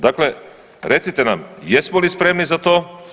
Dakle, recite nam jesmo li spremni za to.